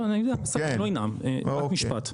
אני לא אנאם, רק משפט.